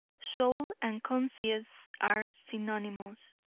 soul and conscience are synonymous.